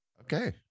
Okay